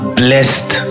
blessed